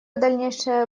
дальнейшее